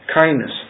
Kindness